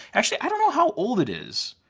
actually, i don't know how old it is.